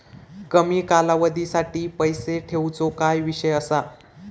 कमी कालावधीसाठी पैसे ठेऊचो काय विषय असा?